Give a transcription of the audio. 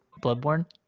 Bloodborne